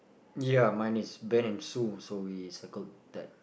ya mine is Ben and Sue so we circled that